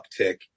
uptick